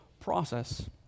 process